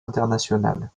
internationales